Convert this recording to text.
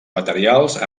materials